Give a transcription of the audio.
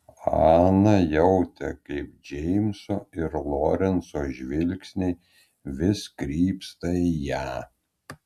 ana jautė kaip džeimso ir lorenco žvilgsniai vis krypsta į ją